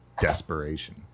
desperation